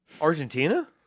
Argentina